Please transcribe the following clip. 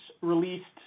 released